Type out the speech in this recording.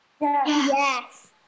Yes